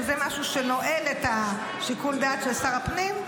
שזה משהו שנועל את שיקול הדעת של שר הפנים,